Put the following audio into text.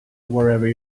wherever